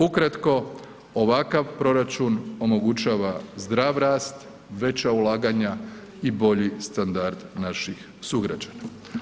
Ukratko, ovakav proračun omogućava zdrav rast, veća ulaganja i bolji standard naših sugrađana.